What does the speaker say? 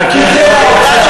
תודה.